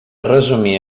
resumir